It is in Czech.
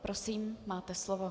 Prosím, máte slovo.